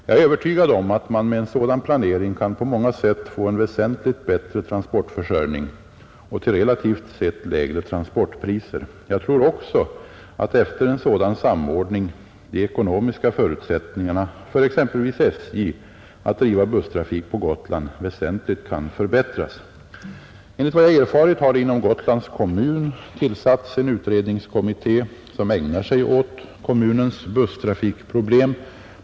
Jag är övertygad om att man med en sådan planering kan på många sätt få en väsentligt bättre transportförsörjning och till relativt sett lägre transportpriser. Jag tror också, att efter en sådan samordning de ekonomiska förutsättningarna för exempelvis SJ att driva busstrafik på Gotland väsentligt kan förbättras. Enligt vad jag erfarit har det inom Gotlands kommun tillsatts en utredningskommitté, som ägnar sig åt kommunens busstrafikproblem.